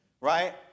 right